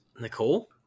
Nicole